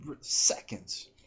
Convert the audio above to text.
seconds